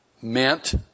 meant